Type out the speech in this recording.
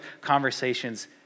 conversations